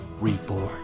Reborn